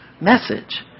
message